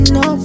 no